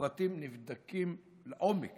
הפרטים נבדקים לעומק